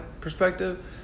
perspective